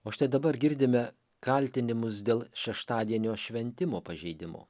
o štai dabar girdime kaltinimus dėl šeštadienio šventimo pažeidimo